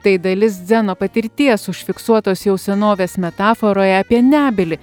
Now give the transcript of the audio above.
tai dalis dzeno patirties užfiksuotos jau senovės metaforoje apie nebylį